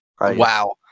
Wow